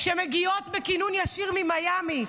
-- שמגיעות בכינון ישיר ממיאמי.